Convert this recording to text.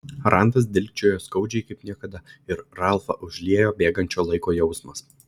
randas dilgčiojo skaudžiai kaip niekada ir ralfą užliejo bėgančio laiko jausmas